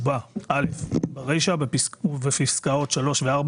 ובה: (א) ברישה ובפסקאות (3) ו-(4),